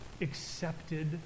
accepted